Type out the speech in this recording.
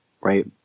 right